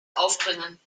aufbringen